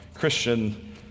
Christian